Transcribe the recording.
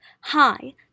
Hi